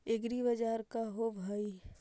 एग्रीबाजार का होव हइ?